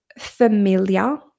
familiar